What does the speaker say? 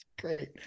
Great